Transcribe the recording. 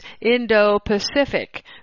Indo-Pacific